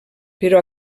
però